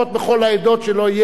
שלא יהיה דבר כזה.